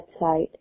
website